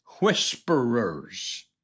whisperers